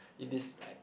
in this like